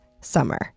summer